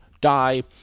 die